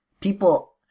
people